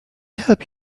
help